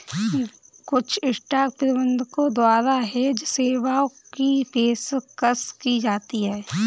कुछ स्टॉक प्रबंधकों द्वारा हेज सेवाओं की पेशकश की जाती हैं